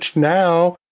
now.